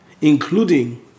Including